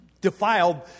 defiled